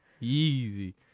easy